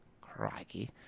crikey